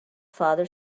father